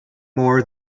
more